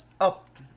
up